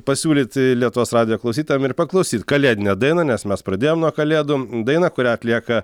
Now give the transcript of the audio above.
pasiūlyti lietuvos radijo klausytojam ir paklausyt kalėdinę dainą nes mes pradėjom nuo kalėdų dainą kurią atlieka